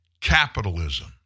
capitalism